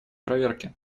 проверки